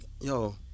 yo